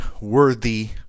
worthy